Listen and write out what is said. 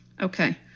Okay